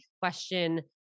question